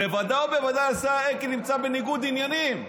בוודאי ובוודאי השר אלקין נמצא בניגוד עניינים.